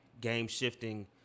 game-shifting